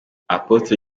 apotre